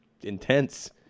intense